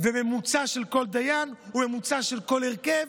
וממוצע של כל דיין וממוצע של כל הרכב.